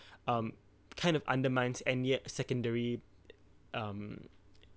um kind of undermines and secondary um